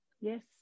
yes